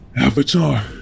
avatar